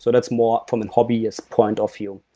so that's more from an hobbyist point of view.